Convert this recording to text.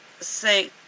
say